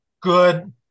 good